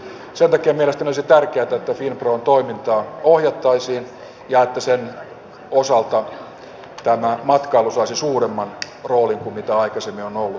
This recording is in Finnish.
sen takia mielestäni olisi tärkeätä että finpron toimintaa ohjattaisiin ja että sen osalta matkailu saisi suuremman roolin kuin mikä sillä aikaisemmin on ollut